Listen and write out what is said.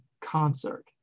Concert